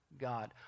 God